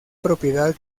propiedad